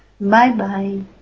Bye-bye